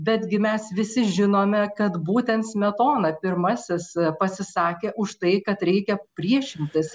betgi mes visi žinome kad būtent smetona pirmasis pasisakė už tai kad reikia priešintis